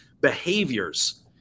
behaviors